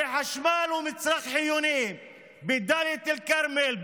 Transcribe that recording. הרי חשמל הוא מצרך חיוני בדאלית אל-כרמל,